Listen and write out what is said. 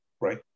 right